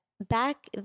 Back